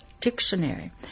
Dictionary